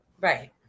Right